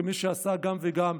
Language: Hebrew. כמי שעשה גם וגם,